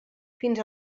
fins